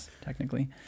technically